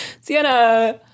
Sienna